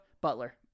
Butler